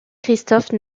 christophe